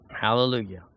Hallelujah